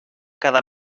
cada